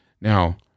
Now